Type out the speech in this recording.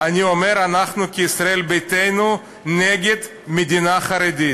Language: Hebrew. אני אומר: אנחנו כישראל ביתנו נגד מדינה חרדית.